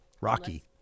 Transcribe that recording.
rocky